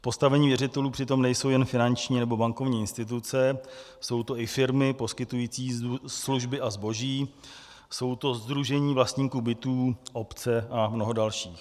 V postavení věřitelů nejsou jen finanční nebo bankovní instituce, jsou to i firmy poskytující služby a zboží, jsou to sdružení vlastníků bytů, obce a mnoho dalších.